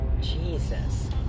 Jesus